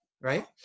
Right